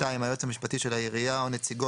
(2)היועץ המשפטי של העירייה או נציגו